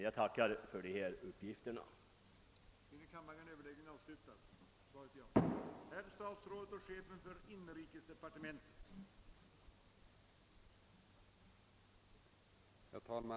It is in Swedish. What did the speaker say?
Jag tackar inrikesministern för de uppgifter han nu har lämnat.